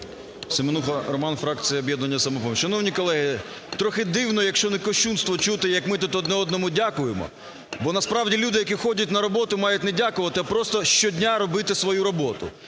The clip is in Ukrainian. Семенуха Роман, фракція "Об'єднання "Самопоміч". Шановні колеги! Трохи дивно, якщо не кощунство, чути як ми тут одне одному дякуємо. Бо насправді люди, які ходять на роботу мають не дякувати, а щодня робити свою роботу.